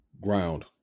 ground